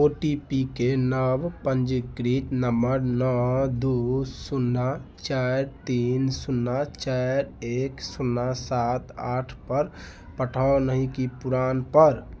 ओ T P के नव पंजीकृत नम्बर नओ दू शून्ना चारि तीन शून्ना चारि एक शून्ना सात आठ पर पठाउ नहि कि पुरान पर